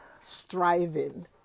striving